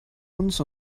uns